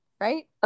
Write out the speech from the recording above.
right